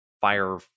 fire